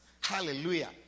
Hallelujah